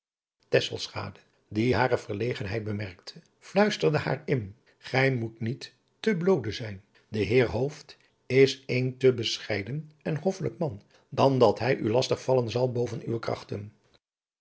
die hare verlegenheid bemerkte luisterde haar in gij moet niet te bloode zijn de heer hooft is een te bescheiden en hoffelijk man dan dat hij u lastig vallen zal boven uwe krachten